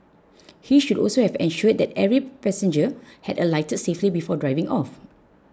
he should also have ensured that every passenger had alighted safely before driving off